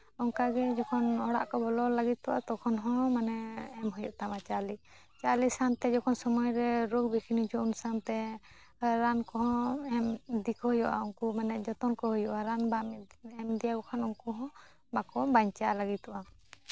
ᱚᱱᱠᱟᱜᱮ ᱡᱚᱠᱷᱚᱱ ᱚᱲᱟᱜ ᱠᱚ ᱵᱚᱞᱚᱱ ᱞᱟᱹᱜᱤᱫᱚᱜ ᱛᱚᱠᱷᱚᱱ ᱦᱚᱸ ᱢᱟᱱᱮ ᱮᱢ ᱦᱩᱭᱩᱜ ᱛᱟᱢᱟ ᱪᱟᱣᱞᱮ ᱪᱟᱣᱞᱮ ᱥᱟᱶᱛᱮ ᱡᱚᱠᱷᱚᱱ ᱥᱚᱢᱚᱭᱨᱮ ᱨᱳᱜᱽ ᱵᱤᱜᱷᱤᱱ ᱦᱤᱡᱩᱜᱼᱟ ᱩᱱ ᱥᱟᱶᱛᱮ ᱨᱟᱱ ᱠᱚᱦᱚᱸ ᱮᱢ ᱤᱫᱤ ᱠᱚ ᱦᱩᱭᱩᱜᱼᱟ ᱩᱱᱠᱩ ᱢᱟᱱᱮ ᱡᱚᱛᱚᱱ ᱠᱚ ᱦᱩᱭᱩᱜᱼᱟ ᱨᱟᱱ ᱵᱟᱢ ᱮᱢ ᱤᱫᱤᱭᱟᱠᱚ ᱠᱷᱟᱱ ᱩᱱᱠᱩ ᱦᱚᱸ ᱵᱟᱠᱚ ᱵᱟᱧᱪᱟᱣ ᱞᱟᱹᱜᱤᱫᱚᱜᱼᱟ